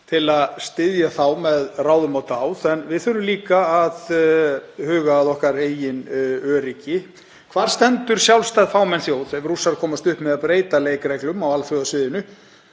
til að styðja þá með ráðum og dáð en við þurfum líka að huga að okkar eigin öryggi. Hvar stendur sjálfstæð fámenn þjóð ef Rússar komast upp með að breyta leikreglum á alþjóðasviðinu?